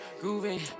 grooving